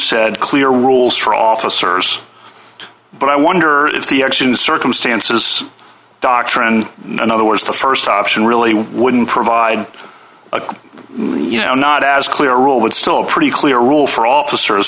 said clear rules for officers but i wonder if the actions circumstances doctrine in other words the st option really wouldn't provide a you know not as clear rule would still a pretty clear rule for officers